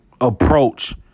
Approach